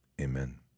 Amen